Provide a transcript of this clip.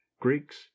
Greeks